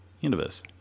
universe